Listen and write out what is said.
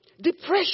Depression